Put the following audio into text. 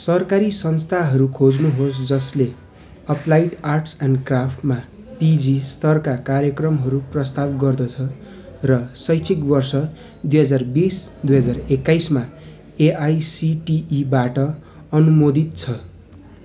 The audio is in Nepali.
सरकारी संस्थाहरू खोज्नु होस् जसले एप्लाइड आर्ट्स एन्ड क्राफ्ट्समा पिजी स्तरका कार्यक्रमहरू प्रस्ताव गर्दछ र शैक्षिक वर्ष दुई हजार बिस दुई हजार एक्काइसमा एआइसिटिइबाट अनुमोदित छ